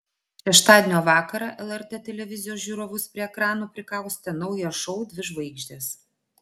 šeštadienio vakarą lrt televizijos žiūrovus prie ekranų prikaustė naujas šou dvi žvaigždės